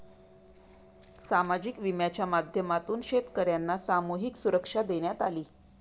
सामाजिक विम्याच्या माध्यमातून शेतकर्यांना सामूहिक सुरक्षा देण्यात आली